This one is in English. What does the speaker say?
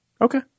okay